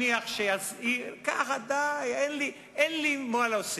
אין לי מה להוסיף,